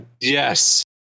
Yes